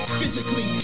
physically